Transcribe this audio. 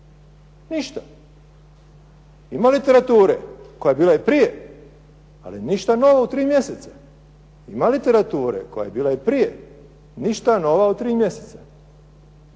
Ništa. Ima literature koja je bila i prije, ali ništa novo u tri mjeseca. E zašto, zašto to nije primljeno prije tri mjeseca,